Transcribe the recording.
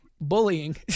bullying